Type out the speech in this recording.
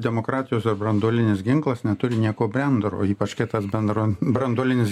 demokratijos ir branduolinis ginklas neturi nieko bendro ypač kietas bendro branduolinis